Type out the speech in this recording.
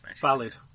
Valid